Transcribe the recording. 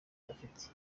gafite